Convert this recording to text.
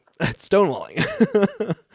stonewalling